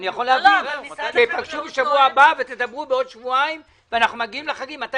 אני מאמין שניפגש עם החקלאים בשבוע הבא ונפרסם את הנוהל להערות הציבור.